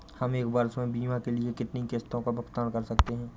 हम एक वर्ष में बीमा के लिए कितनी किश्तों में भुगतान कर सकते हैं?